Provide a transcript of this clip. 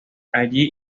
allí